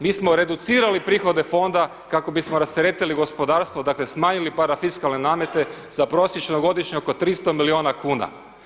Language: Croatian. Mi smo reducirali prihode fonda kako bismo rasteretili gospodarstvo, dakle smanjili parafiskalne namete za prosječno godišnje oko 300 milijuna kuna.